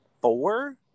Four